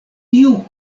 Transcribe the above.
tiu